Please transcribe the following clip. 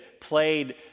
played